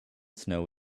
snow